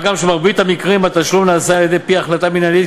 ומה גם שבמרבית המקרים התשלום נעשה על-פי החלטה מינהלית,